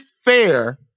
fair